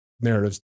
narratives